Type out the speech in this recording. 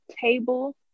table